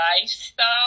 lifestyle